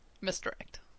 Misdirect